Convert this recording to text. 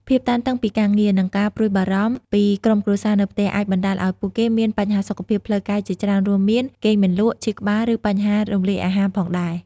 ភាពតានតឹងពីការងារ និងការព្រួយបារម្ភពីក្រុមគ្រួសារនៅផ្ទះ អាចបណ្ដាលឲ្យពួកគេមានបញ្ហាសុខភាពផ្លូវកាយជាច្រើនរួមមាន គេងមិនលក់ ឈឺក្បាល ឬបញ្ហារំលាយអាហារផងដែរ។